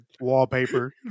Wallpaper